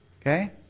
Okay